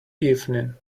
evening